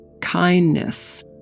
kindness